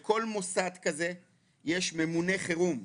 לכל מוסד כזה יש ממונה חירום.